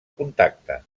contacte